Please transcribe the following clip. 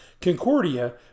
Concordia